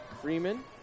Freeman